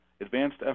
Advanced